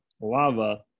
lava